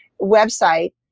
website